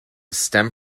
stem